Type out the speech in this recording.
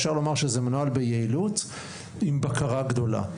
ניתן לומר שזה מנוהל ביעילות ועם בקרה גדולה.